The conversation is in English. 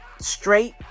straight